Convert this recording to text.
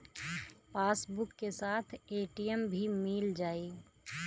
Passbook के साथ ATM भी मील जाई?